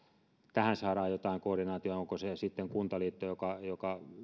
tähän saadaan jotain koordinaatiota onko se sitten kuntaliitto joka joka